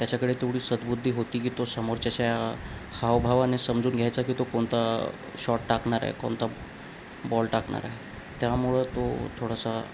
त्याच्याकडे तेवढी सदबुद्धी होती की तो समोरच्याच्या हावभावाने समजून घ्यायचा की तो कोणता शॉट टाकणार आहे कोणता बॉल टाकणार आहे त्यामुळं तो थोडासा